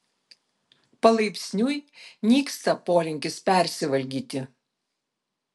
palaipsniui nyksta polinkis persivalgyti